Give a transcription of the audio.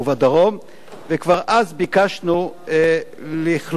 וכבר אז ביקשנו לכלול את ירושלים,